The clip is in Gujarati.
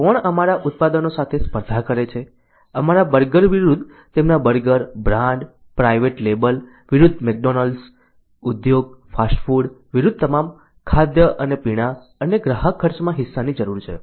કોણ અમારા ઉત્પાદનો સાથે સ્પર્ધા કરે છે અમારા બર્ગર વિરુદ્ધ તેમના બર્ગર બ્રાન્ડ પ્રાઇવેટ લેબલ વિરુદ્ધ મેકડોનાલ્ડ્સ ઉદ્યોગ ફાસ્ટ ફૂડ વિરુદ્ધ તમામ ખાદ્ય અને પીણાં અને ગ્રાહક ખર્ચમાં હિસ્સાની જરૂર છે